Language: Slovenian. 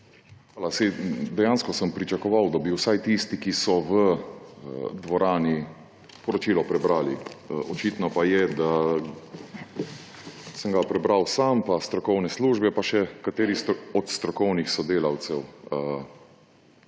Hvala. Dejansko sem pričakoval, da bi vsaj tisti, ki so v dvorani, poročilo prebrali. Očitno pa je, da sem ga prebral sam, pa strokovne službe, pa še kateri od strokovnih sodelavcev,